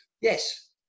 Yes